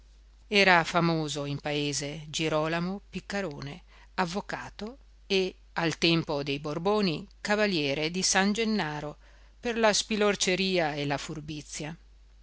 era famoso in paese gerolamo piccarone avvocato e al tempo dei borboni cavaliere di san gennaro per la spilorceria e la furbizia